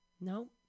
No